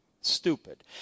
Stupid